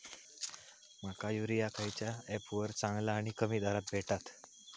माका युरिया खयच्या ऍपवर चांगला आणि कमी दरात भेटात?